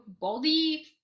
body